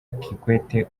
kikwete